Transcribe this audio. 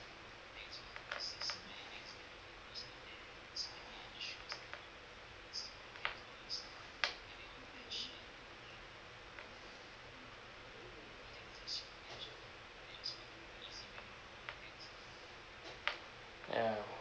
ya